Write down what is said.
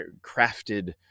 crafted